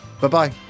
Bye-bye